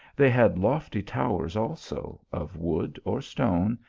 they had lofty towers also, of wood or stone,